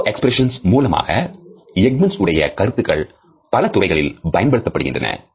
micro expression மூலமாக Ekmans உடைய கருத்துக்கள் பல துறைகளில் பயன்படுத்தப்படுகின்றன